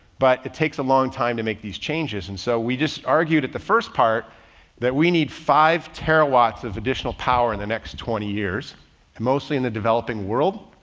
but it takes a long time to make these changes. and so we just argued at the first part that we need five terawatts of additional power in the next twenty years and mostly in the developing world.